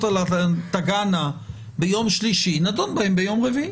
הללו תגענה ביום שלישי נדון בהם ביום רביעי.